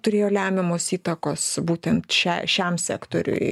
turėjo lemiamos įtakos būtent čia šiam sektoriui